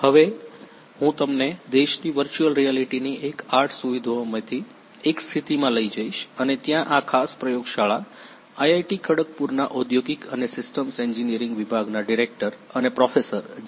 હવે હું તમને દેશની વર્ચુઅલ રિયાલિટીની એક આર્ટ સુવિધાઓમાંથી એક સ્થિતિમાં લઈ જઈશ અને ત્યાં આ ખાસ પ્રયોગશાળા આઇઆઈટી ખડગપુરના ઔદ્યોગિક અને સિસ્ટમસ એન્જિનિયરિંગ વિભાગના ડિરેક્ટર અને પ્રોફેસર જે